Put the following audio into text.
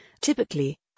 typically